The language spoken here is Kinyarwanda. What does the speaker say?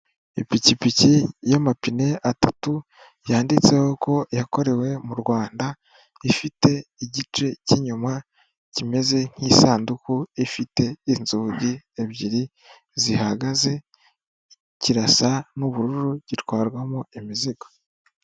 Ipikipiki y'amapine atatu yanditseho ko yakorewe mu rwanda, ifite igice cy'inyuma kimeze nk'isanduku, ifite inzugi ebyiri zihagaze, kirasa n'ubururu gitwarwamo imizigo.